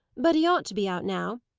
but he ought to be out now.